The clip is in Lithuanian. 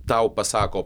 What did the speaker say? tau pasako